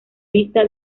vista